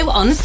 on